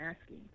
asking